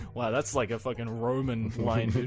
wow, that's like a fucking roman line,